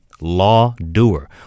law-doer